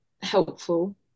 helpful